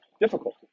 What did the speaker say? difficult